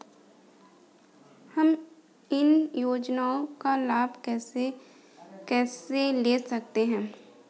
हम इन योजनाओं का लाभ कैसे ले सकते हैं?